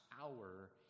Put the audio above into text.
hour